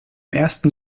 ersten